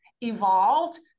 evolved